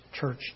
church